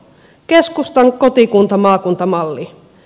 keskustan kotikuntamaakunta malli